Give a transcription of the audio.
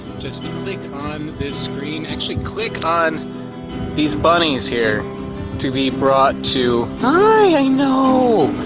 just click on this screen. actually click on these bunnies here to be brought to hi, i know!